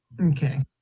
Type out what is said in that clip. Okay